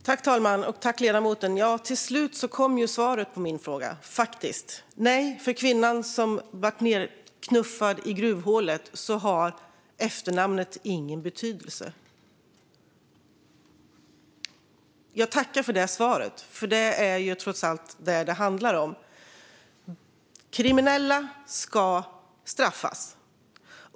Herr talman! Till slut kom faktiskt svaret på min fråga: Nej, för kvinnan som blev nedknuffad i gruvhålet har efternamnet ingen betydelse. Jag tackar för det svaret, för det är trots allt det det handlar om. Kriminella ska straffas.